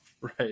Right